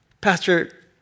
Pastor